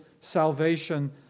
salvation